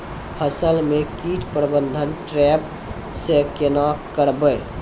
फसल म कीट प्रबंधन ट्रेप से केना करबै?